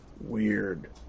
weird